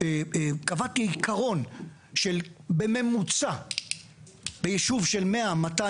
קבעתי עיקרון של בממוצע בישוב של 100-200